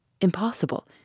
Impossible